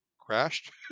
crashed